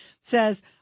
says